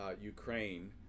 Ukraine